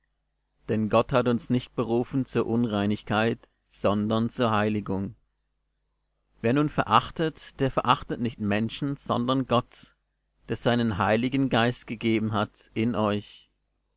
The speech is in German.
denn gott hat uns nicht berufen zur unreinigkeit sondern zur heiligung wer nun verachtet der verachtet nicht menschen sondern gott der seinen heiligen geist gegeben hat in euch